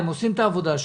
האחרון עושה את העבודה,